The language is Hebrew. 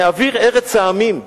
/ מאוויר ארץ העמים,